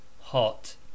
hot